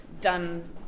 done